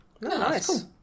Nice